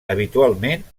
habitualment